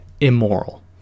immoral